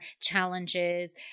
challenges